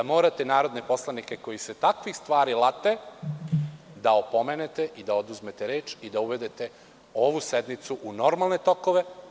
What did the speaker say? Morate narodne poslanike, koji se takvih stvari late da opomenete i da oduzmete reč, da uvedete ovu sednicu u normalne tokove.